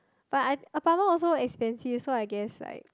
but i~ apartment also expensive so I guess like